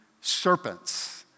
serpents